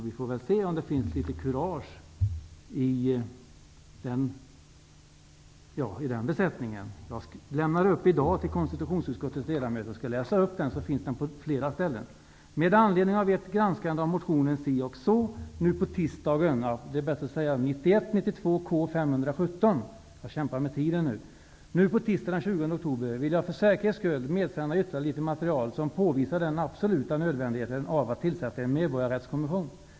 Vi får väl se om det då finns litet kurage i den besättningen. I dag har jag lämnat en text till konstitutionsutskottets ledamöter. Jag skall läsa upp den här, så finns den på flera ställen: Med anledning av ert granskande av motion 1991/92:K517 på tisdag den 20 oktober vill jag för säkerhets skull medsända ytterligare litet material som påvisar den absoluta nödvändigheten av att tillsätta en medborgarrättskommission.